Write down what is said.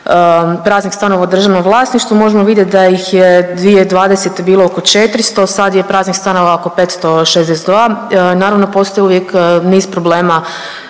praznih stanova u državnom vlasništvu možemo vidjet da ih je 2020. bilo oko 400, sad je praznih stanova oko 562. Naravno postoji uvijek niz problema